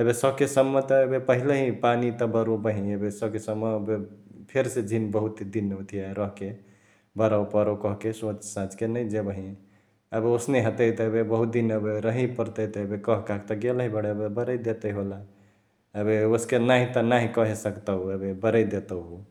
एबे सके सम्म त पहिलही पानी त बरोबही एबे सके सम्म एबे फेरिसे झिन बहुते दिन रहके बरओपरो कह्के सोचसाच के नै जेबही । एबे ओसने हतै त एबे बहुत दिन एबे रहही परतई त एबे कह काह के त गेलही बडही एबे बरै देतै होला । एबे ओसके नाँही त नांही कहे सकतउ एबे बअरी देतउ ।